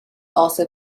also